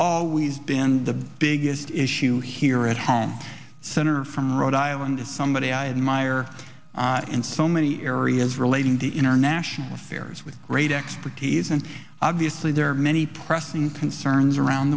always been the biggest issue here at home senator from rhode island somebody i admire in so many areas relating to international affairs with great expertise and obviously there are many pressing concerns around